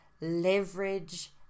leverage